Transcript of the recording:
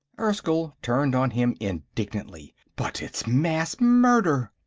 erskyll turned on him indignantly. but it's mass murder!